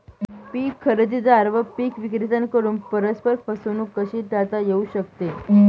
पीक खरेदीदार व पीक विक्रेत्यांकडून परस्पर फसवणूक कशी टाळता येऊ शकते?